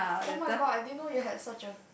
oh-my-god I didn't know you had such a